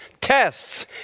tests